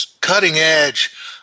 cutting-edge